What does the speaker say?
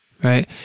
Right